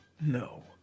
No